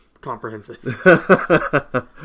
comprehensive